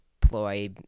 ploy